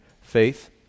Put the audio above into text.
faith